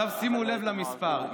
שימו לב למספר.